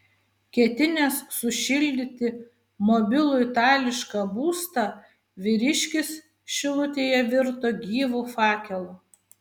ketinęs sušildyti mobilų itališką būstą vyriškis šilutėje virto gyvu fakelu